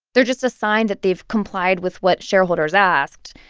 they're just a sign that they've complied with what shareholders asked,